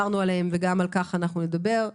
וגם על כך אנחנו נדבר.